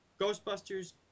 Ghostbusters